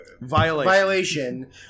violation